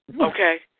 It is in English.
Okay